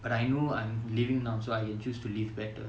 but I know I'm living now so I can choose to live better